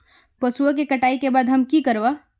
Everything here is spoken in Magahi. पशुओं के कटाई के बाद हम की करवा?